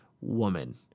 woman